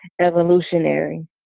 evolutionary